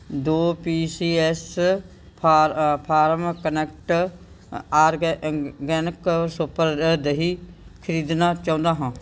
ਦੋ P C S ਫਾ farm connect organic super ਦਹੀਂ ਖਰੀਦਣਾ ਚਾਹੁੰਦਾ ਹਾਂ